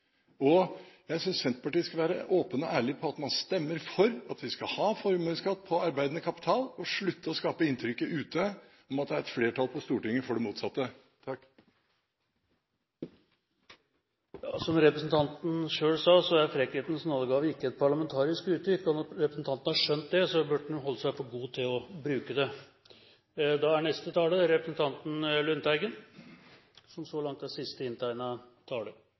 ikke. Jeg synes Senterpartiet skal være åpen og ærlig på at man stemmer for at vi skal ha formuesskatt på arbeidende kapital, og slutte å skape inntrykket ute om at det er et flertall på Stortinget for det motsatte. Som representanten selv sa, er «frekkhetens nådegave» ikke et parlamentarisk uttrykk. Når representanten har skjønt det, burde han holde seg for god til å bruke det. Når jeg ba om ordet, var det til representanten Gundersen, som sa at skatt på sparing var over 100 pst. Det er feil. Inntektsskatt på renter er